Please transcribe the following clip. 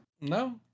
No